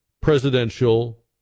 presidential